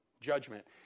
judgment